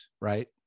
right